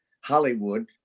Hollywood